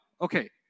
Okay